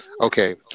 okay